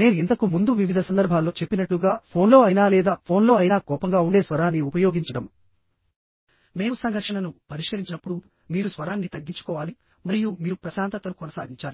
నేను ఇంతకు ముందు వివిధ సందర్భాల్లో చెప్పినట్లుగా ఫోన్లో అయినా లేదా ఫోన్లో అయినా కోపంగా ఉండే స్వరాన్ని ఉపయోగించడం మేము సంఘర్షణను పరిష్కరించినప్పుడు మీరు స్వరాన్ని తగ్గించుకోవాలి మరియు మీరు ప్రశాంతతను కొనసాగించాలి